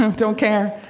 um don't care.